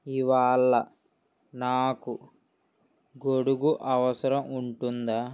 ఇవాళ నాకు గొడుగు అవసరం ఉంటుందా